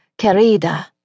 Querida